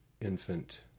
infant